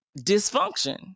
dysfunction